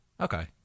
Okay